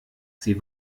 sie